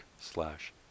slash